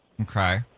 Okay